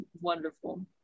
wonderful